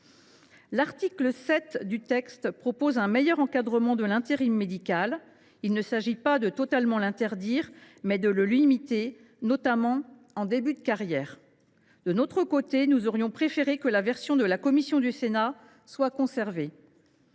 L’article 7 propose un meilleur encadrement de l’intérim médical. Il s’agit non pas de l’interdire totalement, mais de le limiter, notamment en début de carrière. De notre côté, nous aurions préféré que la version de la commission du Sénat soit conservée.